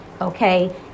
okay